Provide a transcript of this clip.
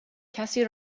کسی